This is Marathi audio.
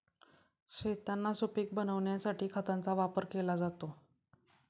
शेतांना सुपीक बनविण्यासाठी खतांचा वापर केला जातो